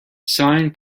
sine